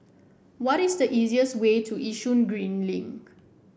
what is the easiest way to Yishun Green Link